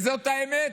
וזאת האמת,